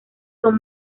son